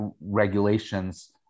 regulations